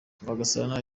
rwagasana